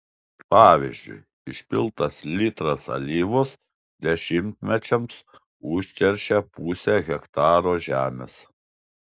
pavyzdžiui išpiltas litras alyvos dešimtmečiams užteršia pusę hektaro žemės